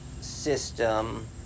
system